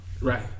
Right